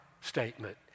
statement